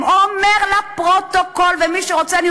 הם לא מתאימים לפרויקטים האלה, נאמר לנו, רגע, לא